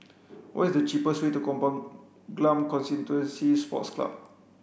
what is the cheapest way to Kampong Glam Constituency Sports Club